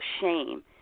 shame